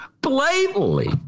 blatantly